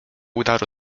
udaru